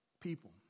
people